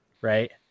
right